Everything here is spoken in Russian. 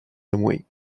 домой